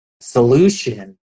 solution